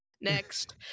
next